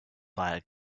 via